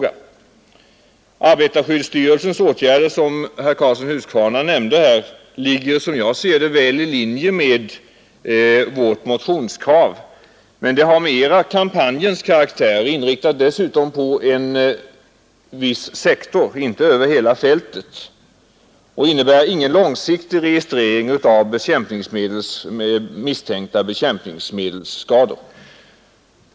Arbetarskyddsstyrelsens åtgärder, som nämndes av herr Karlsson i Huskvarna, ligger väl i linje med vårt motionskrav. De har emellertid mera kampanjens karaktär och är dessutom inte inriktade på hela fältet utan på en viss sektor. De innebär inte heller någon långsiktig registrering av misstänkta bekämpningsmedelsskador.